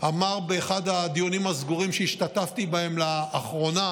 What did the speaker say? באחד הדיונים הסגורים שהשתתפתי בהם לאחרונה